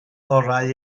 orau